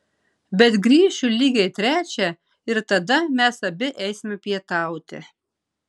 bet grįšiu lygiai trečią ir tada mes abi eisime pietauti